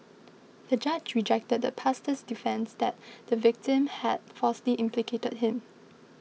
the judge rejected the pastor's defence that the victim had falsely implicated him